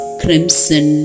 crimson